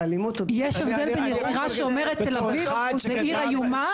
לאלימות או -- יש הבדל בין אמירה שאומרת תל אביב זו עיר איומה,